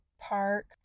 park